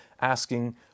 asking